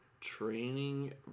Training